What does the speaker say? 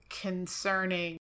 concerning